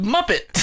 Muppet